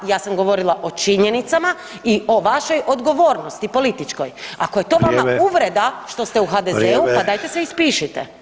Ja sam govorila o činjenicama i o vašoj odgovornosti političkoj [[Upadica Sanader: Vrijeme.]] Ako je to vama uvreda što ste u HDZ-u pa dajte se ispišite.